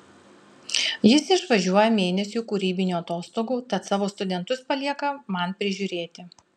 jis išvažiuoja mėnesiui kūrybinių atostogų tad savo studentus palieka man prižiūrėti